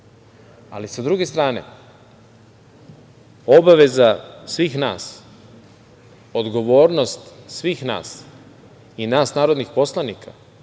Srbije. Sa druge strane, obaveza svih nas, odgovornost svih nas, i nas narodnih poslanika